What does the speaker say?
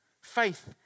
Faith